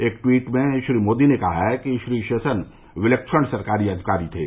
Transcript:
एक टवीट में श्री मोदी ने कहा है कि शेषन विलक्षण सरकारी अधिकारी थे